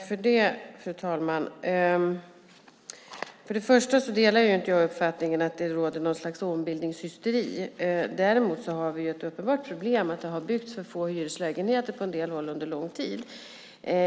Fru talman! Först och främst delar jag inte uppfattningen att det råder något slags ombildningshysteri. Däremot har vi ett uppenbart problem, att det har byggts för få hyreslägenheter på en del håll under lång tid.